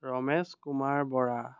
Ramesh Kumar Bora